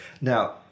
Now